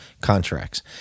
contracts